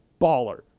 baller